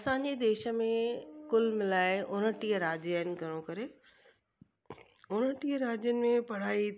असांजे देश में कुल मिलाए उणटीह राज्य आहिनि घणो करे उणटीह राज्यनि में पढ़ाई